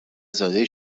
زاده